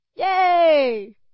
Yay